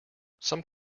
some